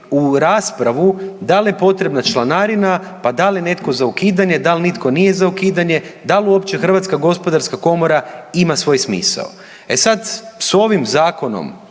u raspravu da li je potrebna članarina, pa da li je netko za ukidanje. Da li uopće Hrvatska gospodarska komora ima svoj smisao? E sad sa ovim zakonom